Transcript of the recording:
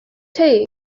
too